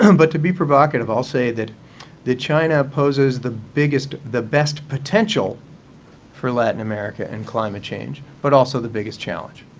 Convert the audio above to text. um but to be provocative, i'll say that china poses the biggest, the best potential for latin america and climate change but also the biggest challenge,